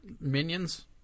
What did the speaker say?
minions